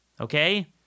Okay